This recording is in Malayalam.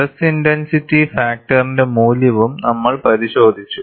സ്ട്രെസ് ഇന്റെൻസിറ്റി ഫാക്ടറിന്റെ മൂല്യവും നമ്മൾ പരിശോധിച്ചു